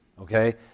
okay